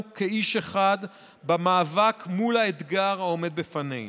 כאיש אחד במאבק מול האתגר העומד בפנינו.